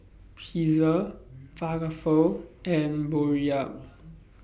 Pizza Falafel and Boribap